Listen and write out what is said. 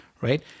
right